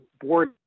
board